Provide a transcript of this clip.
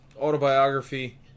autobiography